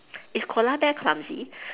is koala bear clumsy